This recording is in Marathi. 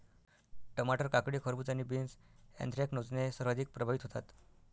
टमाटर, काकडी, खरबूज आणि बीन्स ऍन्थ्रॅकनोजने सर्वाधिक प्रभावित होतात